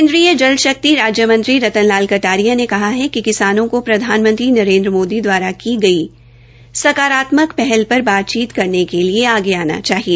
केन्द्रीय जल शकित राज्य मंत्री रतन लाल कटारिया ने कहा है कि किसानों को प्रधानमंत्री नरेन्द्र मोदी दवारा की गई साकारात्मक पहल पर बातचीत के लिए आगे आना चाहिए